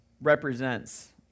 represents